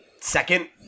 second